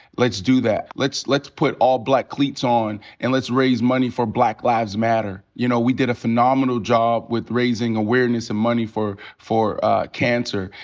let's do that. let's let's put all black cleats on, and let's raise money for black lives matter. you know, we did a phenomenal job with raising awareness and um money for for cancer.